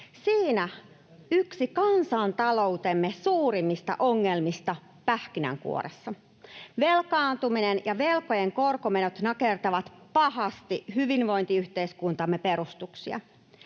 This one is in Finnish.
Siinä yksi kansantaloutemme suurimmista ongelmista pähkinänkuoressa. Velkaantuminen ja velkojen korkomenot nakertavat pahasti hyvinvointiyhteiskuntamme perustuksia.